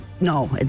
no